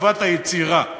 חדוות היצירה.